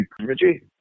Richie